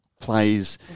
plays